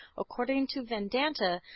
according to vedanta,